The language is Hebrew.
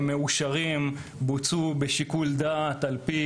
הם מאושרים ובוצעו בשיקול דעת על פי